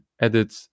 edit